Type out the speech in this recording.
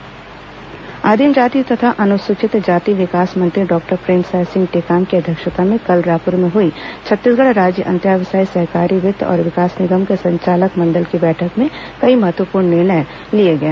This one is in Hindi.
समीक्षा बैठक आदिम जाति तथा अनुसूचित जाति विकास मंत्री डॉक्टर प्रेमसाय सिंह टेकाम की अध्यक्षता में कल रायपुर में हई छत्तीसगढ़ राज्य अंत्यावसायी सहकारी वित्त और विकास निगम के संचालक मंडल की बैठक में कई महत्वपूर्ण निर्णय लिए गए